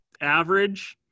average